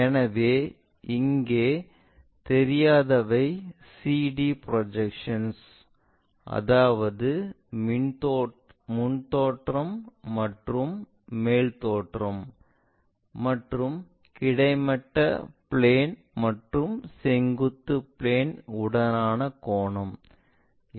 எனவே இங்கே தெரியாதவை CD ப்ரொஜெக்ஷன் அதாவது முன் தோற்றம் மற்றும் மேல் தோற்றம் மற்றும் கிடைமட்ட பிளேன் மற்றும் செங்குத்து பிளேன் உடனான கோணம்